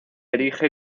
erige